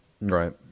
right